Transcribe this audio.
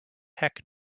heck